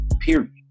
Period